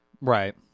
Right